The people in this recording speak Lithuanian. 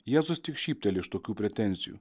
jėzus tik šypteli iš tokių pretenzijų